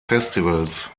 festivals